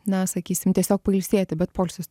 na sakysim tiesiog pailsėti bet poilsis